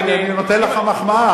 אני נותן לך מחמאה,